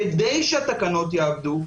כדי שהתקנות יעבדו,